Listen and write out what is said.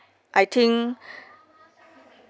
I think